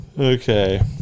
Okay